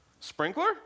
Sprinkler